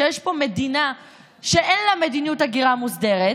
שיש פה מדינה שאין לה מדיניות הגירה מוסדרת,